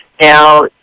Now